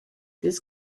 this